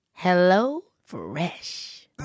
HelloFresh